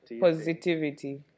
positivity